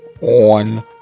on